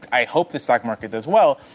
i hope the stock market does well.